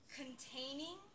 containing